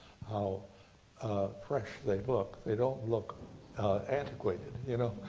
how fresh they look. they don't look antiquated, you know?